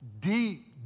deep